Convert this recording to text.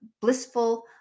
blissful